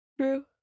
True